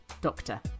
doctor